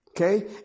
Okay